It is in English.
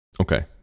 Okay